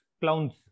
clowns